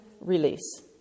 release